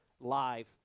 live